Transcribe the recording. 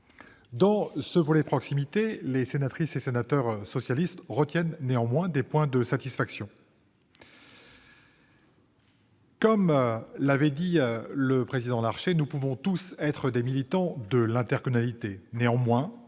De ce volet « proximité », les sénatrices et sénateurs socialistes retirent néanmoins des points de satisfaction. Comme l'a dit le président Gérard Larcher, nous pouvons tous être des militants de l'intercommunalité, mais